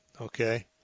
okay